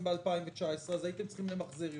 ב-2019 ואז הייתם צריכים למחזר יותר,